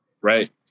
Right